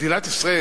מדינת ישראל,